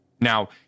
now